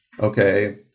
okay